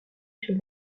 chez